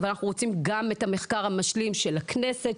אנחנו רוצים לשמוע גם את המחקר המשלים של מרכז המחקר והמידע של הכנסת,